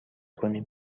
کنیم